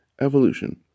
Evolution